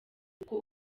uko